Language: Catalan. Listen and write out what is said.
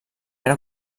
era